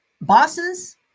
bosses